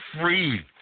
free